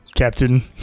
captain